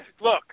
look